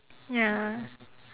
ya